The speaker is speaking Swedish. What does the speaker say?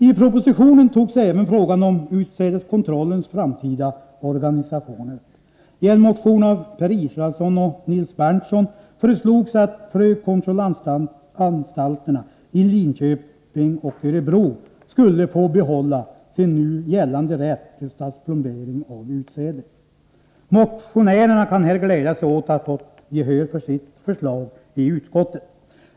I propositionen togs även frågan om utsädeskontrollens framtida organisation upp. I en motion av Per Israelsson och Nils Berndtson föreslogs att frökontrollanstalterna i Linköping och Örebro skulle få behålla sin nu gällande rätt till statsplombering av utsäde. Motionärerna kan här glädja sig åt att ha fått gehör för sitt förslag i utskottet.